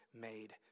made